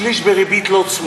שליש בריבית לא צמודה.